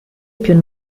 più